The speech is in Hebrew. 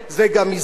זה גם מסגדים,